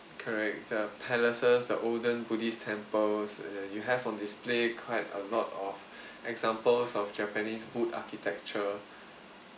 correct the palaces the olden buddhist temples uh you have on display quite a lot of examples of japanese wood architecture